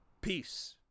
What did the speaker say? Peace